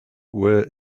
were